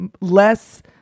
less